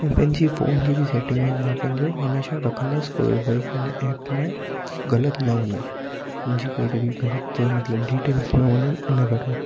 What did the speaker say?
पंहिंजी फ़ोन जी सेटिंग में मां पंहिंजो हमेशह रखंदुसि कि भई हिन एप में ग़लति न वञे मुंहिजी कहिड़ी बि ग़लति मतलबु डिटेल्स न वञनि इनकरे